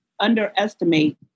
underestimate